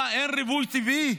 אין ריבוי טבעי?